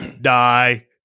die